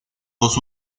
dos